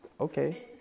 okay